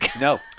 No